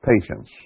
patience